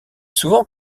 souvent